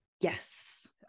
Yes